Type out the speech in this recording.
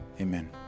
Amen